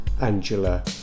Angela